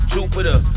Jupiter